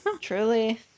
Truly